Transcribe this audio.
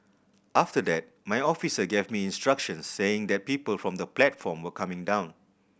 after that my officer gave me instructions saying that people from the platform were coming down